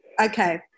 Okay